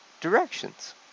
directions